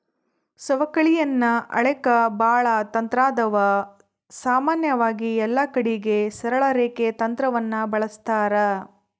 ಸವಕಳಿಯನ್ನ ಅಳೆಕ ಬಾಳ ತಂತ್ರಾದವ, ಸಾಮಾನ್ಯವಾಗಿ ಎಲ್ಲಕಡಿಗೆ ಸರಳ ರೇಖೆ ತಂತ್ರವನ್ನ ಬಳಸ್ತಾರ